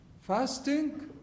Fasting